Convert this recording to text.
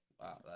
Wow